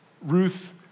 Ruth